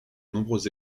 nombreux